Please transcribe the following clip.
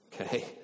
Okay